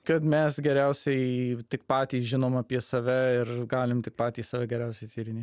kad mes geriausiai tik patys žinom apie save ir galim tik patys save geriausiai tyrinėt